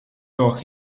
told